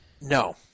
No